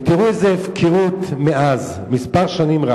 ותראו איזה הפקרות מאז, רק כמה שנים.